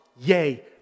Yay